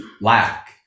lack